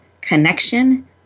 connection